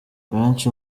benshi